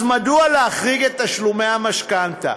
אז מדוע להחריג את תשלומי המשכנתה?